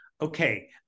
okay